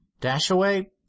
dashaway